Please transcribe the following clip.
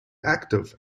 active